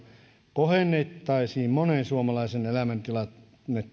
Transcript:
kohennettaisiin monen suomalaisen elämäntilannetta